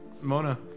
Mona